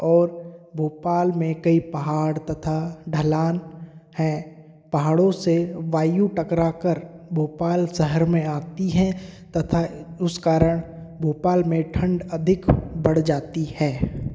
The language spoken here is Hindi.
और भोपाल में कई पहाड़ तथा ढलान हैं पहाड़ों से वायु टकरा कर भोपाल शहर में आती हैं तथा उस कारण भोपाल में ठंड अधिक बढ़ जाती है